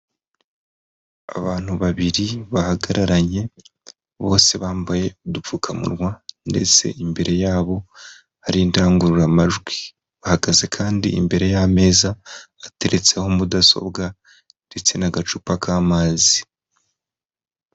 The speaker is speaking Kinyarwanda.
Abantu babiri bahagararanye, bose bambaye udupfukamunwa ndetse imbere yabo hari indangururamajwi, bahagaze kandi imbere y'ameza ateretseho mudasobwa ndetse n'agacupa k'amazi.